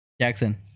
Jackson